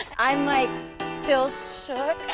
i'm like still shook